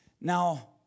Now